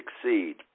succeed